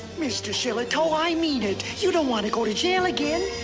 mr. shillitoe, i mean it. you don't want to go to jail again.